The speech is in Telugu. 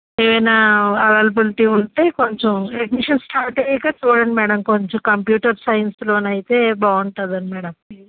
ఏవైనా అవైలబులిటీ ఉంటే కొంచెం అడ్మిషన్స్ స్టార్ట్ అయ్యాక చూడండి మ్యాడమ్ కొంచెం కంప్యూటర్ సైన్స్లోనైతే బాగుంటుందని మ్యాడమ్